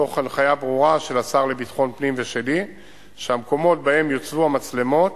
תוך הנחיה ברורה של השר לביטחון פנים ושלי שהמקומות שבהם יוצבו המצלמות